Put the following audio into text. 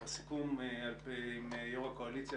הסיכום עם יו"ר הקואליציה,